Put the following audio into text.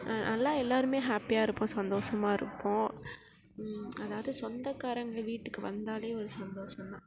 நல்லா எல்லோருமே ஹேப்பியாக இருப்போம் சந்தோஷமா இருப்போம் அதாவது சொந்தகாரங்க வீட்டுக்கு வந்தால் ஒரு சந்தோஷம் தான்